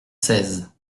seize